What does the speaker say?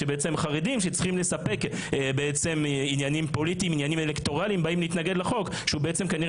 שחרדים שצריכים לספק עניינים פוליטיים אלקטורליים מתנגדים לחוק שכנראה